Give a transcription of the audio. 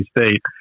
State